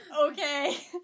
Okay